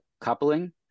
coupling